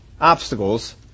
obstacles